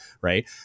Right